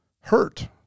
hurt